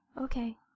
Okay